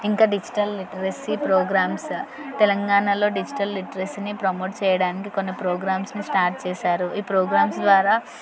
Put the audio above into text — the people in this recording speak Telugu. ఇంకా డిజిటల్ లిటరసి ప్రోగ్రామ్స్ తెలంగాణలో డిజిటల్ లిటరసీని ప్రమోట్ చేయడానికి కొన్ని ప్రోగ్రామ్స్ని స్టార్ట్ చేశారు ఈ ప్రోగ్రామ్స్ ద్వారా